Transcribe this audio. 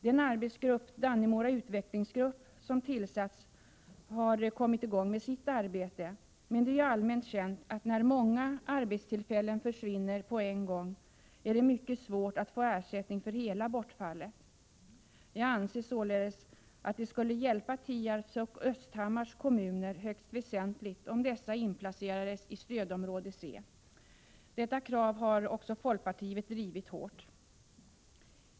Den arbetsgrupp, Dannemora utvecklingsgrupp, som tillsatts har kommit i gång med sitt arbete, men det är ju allmänt känt att när många arbetstillfällen försvinner på en gång är det mycket svårt att få ersättning för hela bortfallet. Jag anser således att det skulle hjälpa Tierps och Östhammars kommuner högst väsentligt om dessa inplacerades i stödområde C. Detta krav har också folkpartiet drivit hårt.